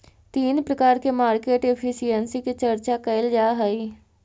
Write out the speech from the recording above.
तीन प्रकार के मार्केट एफिशिएंसी के चर्चा कैल जा हई